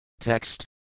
TEXT